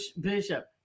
Bishop